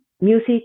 music